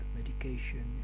medication